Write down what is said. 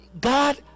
God